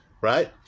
right